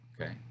okay